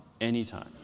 anytime